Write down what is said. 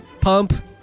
pump